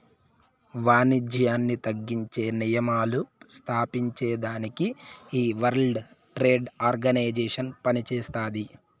వానిజ్యాన్ని తగ్గించే నియమాలు స్తాపించేదానికి ఈ వరల్డ్ ట్రేడ్ ఆర్గనైజేషన్ పనిచేస్తాది